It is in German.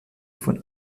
von